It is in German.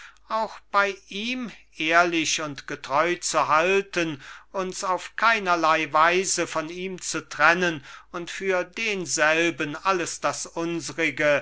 auch bei ihm ehrlich und getreu zu halten uns auf keinerlei weise von ihm zu trennen und für denselben alles das unsrige